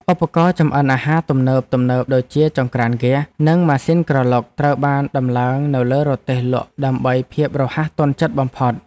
ឧបករណ៍ចម្អិនអាហារទំនើបៗដូចជាចង្រ្កានហ្គាស និងម៉ាស៊ីនក្រឡុកត្រូវបានដំឡើងនៅលើរទេះលក់ដើម្បីភាពរហ័សទាន់ចិត្តបំផុត។